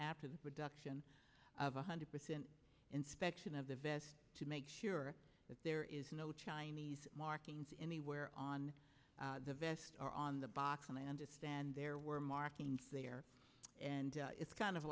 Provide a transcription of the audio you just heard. after the production of one hundred percent inspection of the vessel to make sure that there is no chinese markings anywhere on the vest or on the box and i understand there were marking there and it's